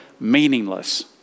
meaningless